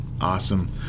awesome